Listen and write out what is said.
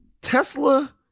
Tesla